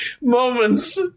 moments